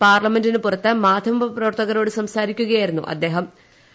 പാർലമെന്റിന് പുറത്ത് മാധ്യമ പ്രവർത്തകരോട് സംസാരിക്കുകയായിരുന്നു മന്ത്രി